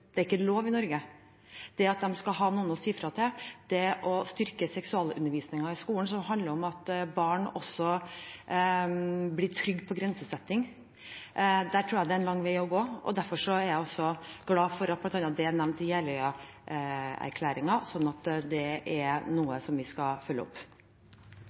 Det er ikke lov i Norge. De må ha noen å si fra til. Vi må styrke seksualundervisningen i skolen, som også handler om at barn blir trygge på grensesetting. Jeg tror det er en lang vei å gå, derfor er jeg glad for at det er nevnt i Jeløya-erklæringen. Det er noe vi skal følge opp.